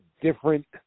different